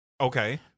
Okay